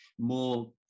more